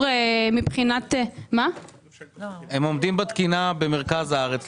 מבחינת- -- הם עומדים בתקינה במרכז הארץ.